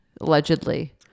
allegedly